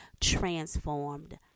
transformed